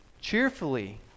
cheerfully